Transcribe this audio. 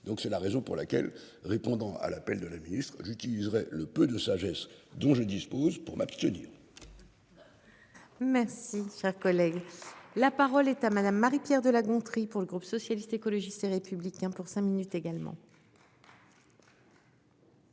donc c'est la raison pour laquelle, répondant à l'appel de la ministre l'utiliserait le peu de sagesse dont je dispose pour m'abstenir. Merci, cher collègue, la parole est à madame Marie-. Pierre de La Gontrie pour le groupe socialiste, écologiste et républicain pour cinq minutes également.